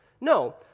No